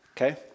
Okay